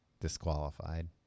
Disqualified